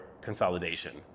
consolidation